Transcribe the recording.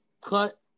cut